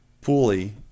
pulley